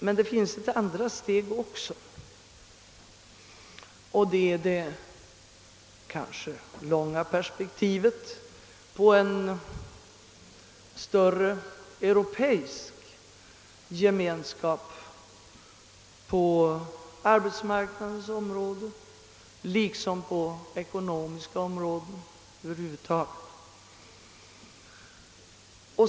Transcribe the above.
Men det finns också ett andra steg, nämligen perspektivet — kanske på lång sikt — på en större europeisk gemenskap på arbetsmarknadens område liksom på det ekonomiska området över huvud taget.